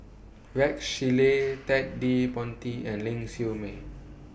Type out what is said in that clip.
Rex Shelley Ted De Ponti and Ling Siew May